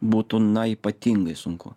būtų na ypatingai sunku